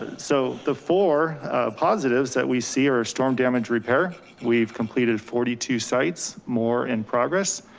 so the four positives that we see are our storm damage repair. we've completed forty two sites, more in progress.